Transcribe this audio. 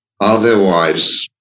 Otherwise